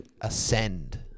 ascend